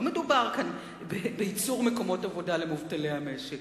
לא מדובר כאן בייצור מקומות עבודה למובטלי המשק.